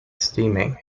steaming